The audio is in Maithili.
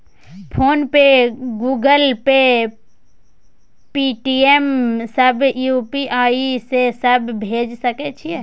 फोन पे, गूगल पे, पेटीएम, सब के यु.पी.आई से सब पर भेज सके छीयै?